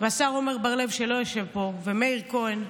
והשר עמר בר לב, שלא יושב פה, ומאיר כהן,